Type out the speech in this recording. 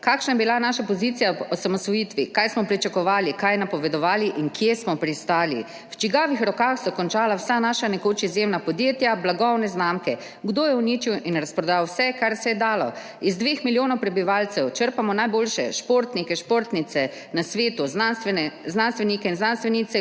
Kakšna je bila naša pozicija ob osamosvojitvi, kaj smo pričakovali, kaj napovedovali in kje smo pristali? V čigavih rokah so končala vsa naša nekoč izjemna podjetja, blagovne znamke. Kdo je uničil in razprodal vse, kar se je dalo? Iz 2 milijonov prebivalcev črpamo najboljše športnike, športnice na svetu, znanstvenike in znanstvenice,